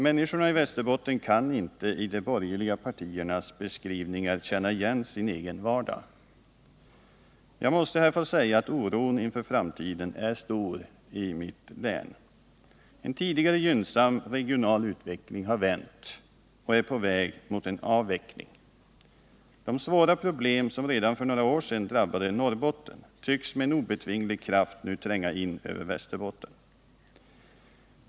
Människorna i Västerbotten kan inte i de borgerliga partiernas beskrivningar känna igen sin egen vardag. Jag måste här få säga att oron inför framtiden är stor i mitt län. En tidigare gynnsam regional utveckling har vänt och är på väg mot en avveckling. De svåra problem som redan för några år sedan drabbade Norrbotten tycks med en obetvinglig kraft nu tränga in över Västerbotten.